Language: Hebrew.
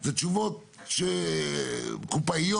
זה תשובות של קופאיות,